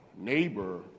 neighbor